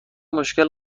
مشکل